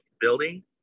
building